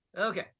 okay